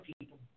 people